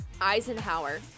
Eisenhower